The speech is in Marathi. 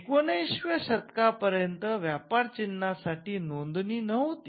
१९ व्या शतका पर्यंत व्यापार चिन्हासाठी नोंदणी नव्हती